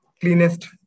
cleanest